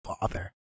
father